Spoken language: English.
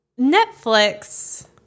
Netflix